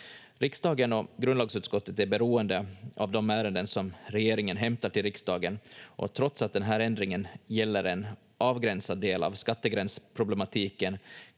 Riksdagen och grundlagsutskottet är beroende av de ärenden som regeringen hämtar till riksdagen, och trots att den här ändringen gäller en avgränsad del av skattegränsproblematiken